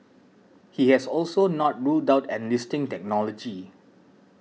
he has also not ruled out enlisting technology